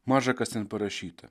maža kas ten parašyta